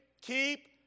keep